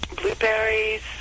blueberries